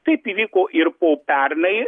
taip įvyko ir po pernai